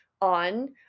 on